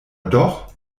doch